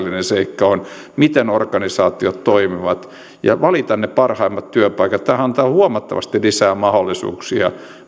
seikka tässä miten organisaatiot toimivat ja valita ne parhaimmat työpaikat tämähän antaa huomattavasti lisää mahdollisuuksia